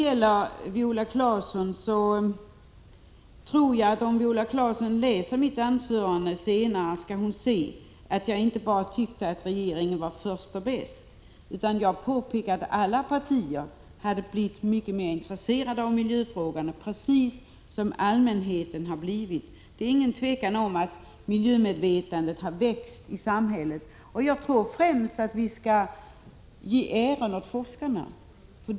Om Viola Claesson läser mitt anförande senare skall hon se att jag inte bara tyckte att regeringen var först och bäst, utan jag påpekade att alla partier hade blivit mycket mer intresserade av miljöfrågorna, precis som allmänheten har blivit. Det är inget tvivel om att miljömedvetandet har växt i samhället. Jag tror att vi främst skall ge äran åt forskarna.